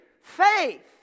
faith